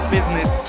Business